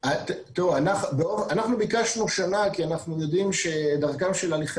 אנחנו ביקשנו שנה כי אנחנו יודעים שדרכם של הליכי